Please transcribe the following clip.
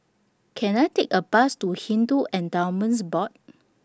Can I Take A Bus to Hindu Endowments Board